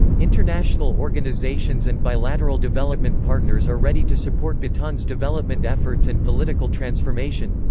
international organisations and bilateral development partners are ready to support bhutan's development efforts and political transformation.